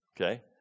okay